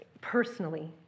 personally